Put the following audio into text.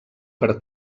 per